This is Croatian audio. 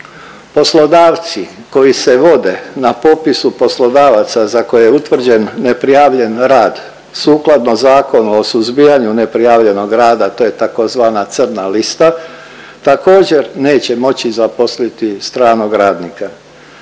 Poslodavci koji se vode na popisu poslodavaca za koje je utvrđen neprijavljen rad sukladno Zakonu o suzbijanju neprijavljenog rada, a to je tzv. crna lista, također, neće moći zaposliti stranog radnika.